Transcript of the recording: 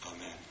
Amen